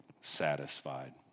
satisfied